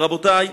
רבותי,